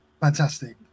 Fantastic